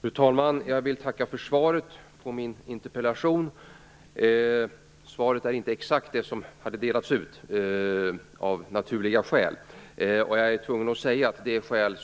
Fru talman! Jag vill tacka för svaret på min interpellation. Svaret är, av naturliga skäl, inte exakt det som hade delats ut, och jag är tvungen att säga att dessa skäl